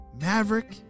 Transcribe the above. Maverick